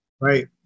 Right